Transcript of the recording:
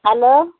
hello